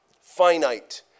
finite